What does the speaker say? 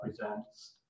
represents